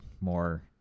more